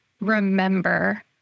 remember